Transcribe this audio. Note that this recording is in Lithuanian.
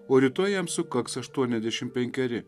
o rytoj jam sukaks aštuoniasdešim penkeri